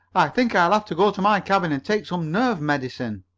think i'll have to go to my cabin and take some nerve medicine.